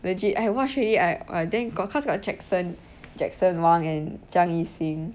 legit I watch already I !wah! then got cause you got jackson jackson wang and zhang yixing